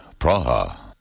Praha